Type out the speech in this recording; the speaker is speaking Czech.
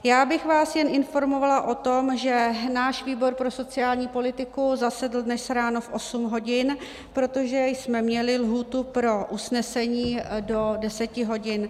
Já bych vás jen informovala o tom, že náš výbor pro sociální politiku zasedl dnes ráno v 8 hodin, protože jsme měli lhůtu pro usnesení do 10 hodin.